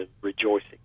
rejoicing